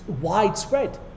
widespread